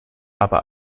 aber